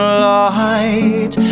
light